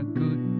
good